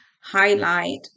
highlight